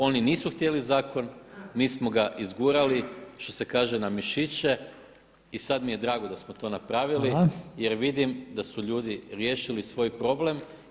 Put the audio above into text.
Oni nisu htjeli zakon, mi smo ga izgurali što se kaže na mišiće i sada mi je drago da smo to napravili jer vidim da su ljudi riješili svoj problem.